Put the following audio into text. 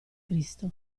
cristo